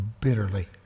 bitterly